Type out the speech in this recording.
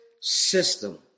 system